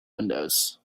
windows